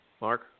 Mark